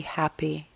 happy